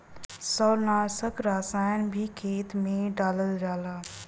शैवालनाशक रसायन भी खेते में डालल जाला